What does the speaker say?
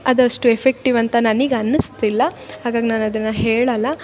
ಅದಷ್ಟು ಎಫೆಕ್ಟಿವ್ ಅಂತ ನನಗ್ ಅನ್ನಿಸ್ತಿಲ್ಲ ಹಾಗಾಗಿ ನಾನು ಅದನ್ನು ಹೇಳಲ್ಲ